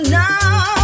now